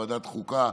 ועדת החוקה,